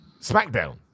SmackDown